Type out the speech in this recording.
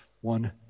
one